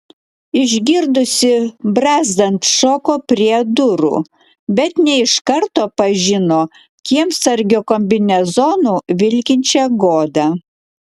išgirdusi brazdant šoko prie durų bet ne iš karto pažino kiemsargio kombinezonu vilkinčią godą